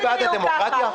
זה בעד הדמוקרטיה?